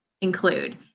include